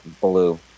blue